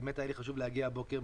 היה לי חשוב להגיע הבוקר.